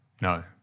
No